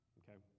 okay